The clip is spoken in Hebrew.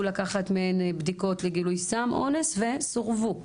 לקחת מהן בדיקות לגילוי סם אונס וסורבו,